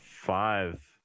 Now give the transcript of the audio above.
Five